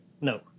no